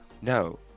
No